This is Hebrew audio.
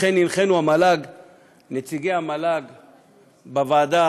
לכן הנחינו, נציגי המל"ג בוועדה,